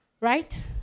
right